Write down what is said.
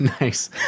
Nice